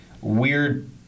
weird